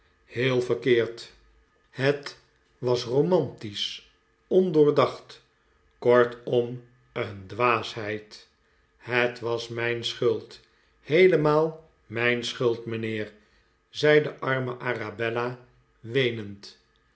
heel verkeerd het de pickwick club was romantisch ondoordacht kortom een dwaasheid het was mijn schuld heelemaal mijn schuld mijnheer zei de arme arabella weenend